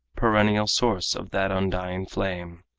perennial source of that undying flame,